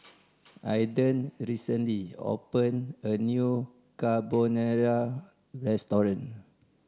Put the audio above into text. Aidan recently opened a new Carbonara Restaurant